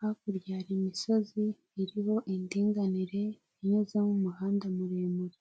hakurya hari imisozi iriho indinganire inyuzemo umuhanda muremure.